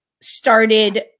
started